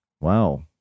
Wow